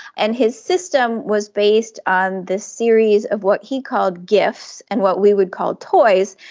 and his system was based on this series of what he called gifts and what we would call toys,